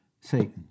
Satan